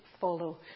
follow